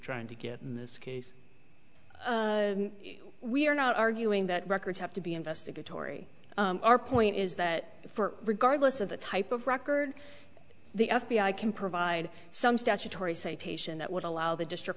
trying to get in this case we are not arguing that records have to be investigatory our point is that for regardless of the type of record the f b i can provide some statutory citation that would allow the district